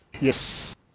Yes